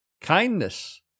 kindness